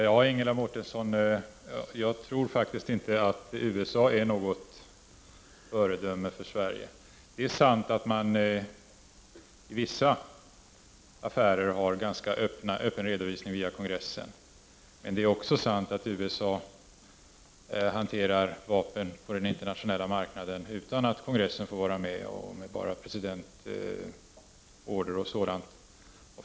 Herr talman! Jag tror faktiskt inte, Ingela Mårtensson, att USA är något föredöme för Sverige. Det är sant att vissa affärer redovisas ganska öppet via kongressen, men det är också sant att USA handlar med vapen på den internationella marknaden utan att kongressen får vara med, enbart på order av presidenten t.ex.